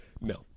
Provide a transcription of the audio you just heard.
no